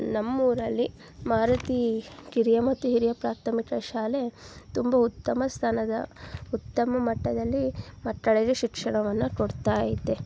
ನಮ್ಮ ಊರಲ್ಲಿ ಮಾರುತಿ ಕಿರಿಯ ಮತ್ತು ಹಿರಿಯ ಪ್ರಾಥಮಿಕ ಶಾಲೆ ತುಂಬ ಉತ್ತಮ ಸ್ಥಾನದ ಉತ್ತಮ ಮಟ್ಟದಲ್ಲಿ ಮಕ್ಕಳಿಗೆ ಶಿಕ್ಷಣವನ್ನು ಕೊಡ್ತಾ ಐತೆ